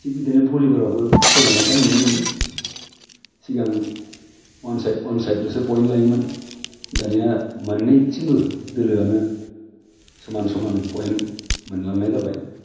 थिग बिदिनो भलिबलावबो सोलायनायखौ आं नुनो मोनदों सिगां अवान साइद अवान साइदल'सो पयेन्ट लायोमोन दानिया मोन्नैथिंबो दोलोआनो समान समान पयेन्ट मोनलांनाय जाबाय